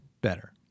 Better